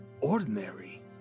ordinary